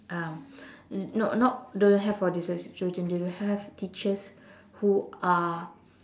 um no not don't have for dyslexic children they don't have teachers who are